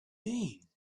mean